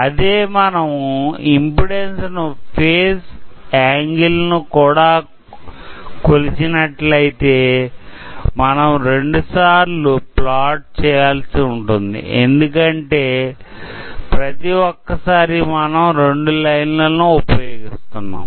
అదే మనము ఇంపిడెన్సు ను ఫేజ్ యాంగిల్ ను కూడా కొలచినట్లయితే మనం రెండు సార్లు ప్లాట్ చేయాల్సి ఉంటుంది ఎందుకంటే ప్రతి ఒక్క సారి మనం రెండు లైన్లను ఉపయోగిస్తున్నాం